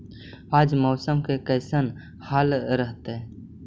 आज मौसम के कैसन हाल रहतइ?